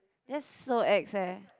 that's so ex leh